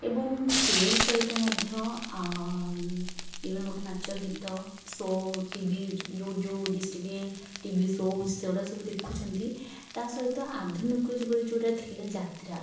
ଏବଂ ସିରିଏଲ୍ ସହିତ ମଧ୍ୟ ବିଭିନ୍ନ ପ୍ରକାର ନାଚ ଗୀତ ଶୋ ଟି ଭି ଯେଉଁ ଡିଷ୍ଟ୍ରିକ୍ଟରେ ଟି ଭି ଶୋ ହେଉଛି ସେ ଗୁଡ଼ାକ ସବୁ ଦେଖୁଛନ୍ତି ତା' ସହିତ ଆଧୁନିକ ଯୁଗରେ ଯେଉଁଟା ଥିଲା ଯାତ୍ରା